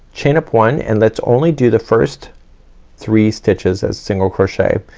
chain up one, and let's only do the first three stitches as single crochet.